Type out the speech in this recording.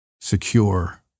secure